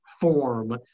form